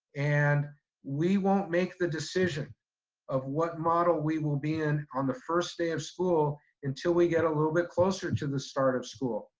and we won't make the decision of what model we will be in on the first day of school until we get a little bit closer to the start of school.